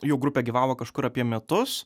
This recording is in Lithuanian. jau grupė gyvavo kažkur apie metus